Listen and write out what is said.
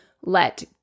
let